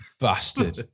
Bastard